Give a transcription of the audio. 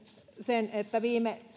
sen että viime